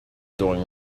doing